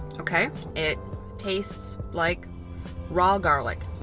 ok. it tastes like raw garlic.